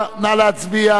נא להצביע.